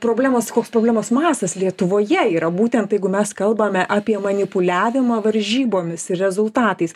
problemos koks problemos mastas lietuvoje yra būtent tai jeigu mes kalbame apie manipuliavimą varžybomis ir rezultatais